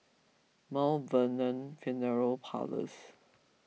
Mount Vernon funeral Parlours